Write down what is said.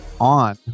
on